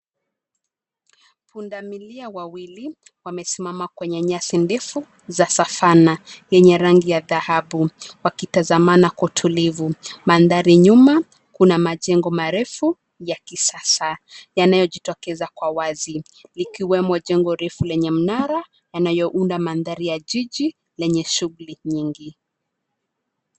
Punda milia wawili wamesimama kwenye nyasi ndefu za Savanna zenye rangi ya dhahabu wakitazamana kwa utulivu. Madhari nyuma kuna majengo marefu ya kisasa yanayo jitokeza kwa wazi likiwemo jengo refu lenye mnara yanayo uda madhari ya jiji lenye shughuli nyingi.